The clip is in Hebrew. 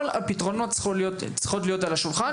כל הפתרונות צריכים להיות על השולחן,